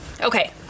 okay